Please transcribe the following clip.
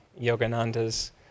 Yogananda's